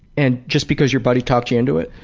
and just because your buddy talked you into it?